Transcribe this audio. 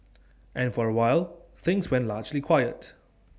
and for awhile things went largely quiet